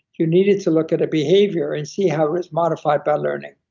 you needed to look at a behavior and see how it is modified by learning,